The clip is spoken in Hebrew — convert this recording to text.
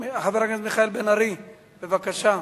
חבר הכנסת מיכאל בן-ארי, בבקשה.